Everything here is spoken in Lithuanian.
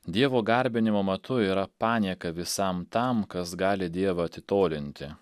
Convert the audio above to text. dievo garbinimo matu yra panieka visam tam kas gali dievą atitolinti